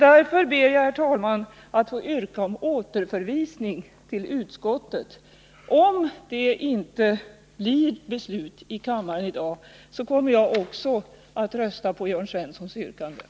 Därför ber jag, herr talman, att få yrka återförvisning till utskottet. Om det inte blir beslutet i kammaren i dag, kommer jag också att rösta på Jörn Svenssons yrkande.